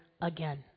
again